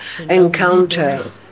encounter